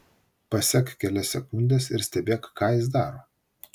pasek kelias sekundes ir stebėk ką jis daro